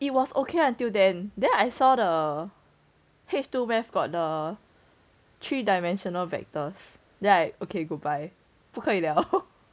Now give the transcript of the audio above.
it was okay until then then I saw the H two math got the three dimensional vectors like okay goodbye 不可以了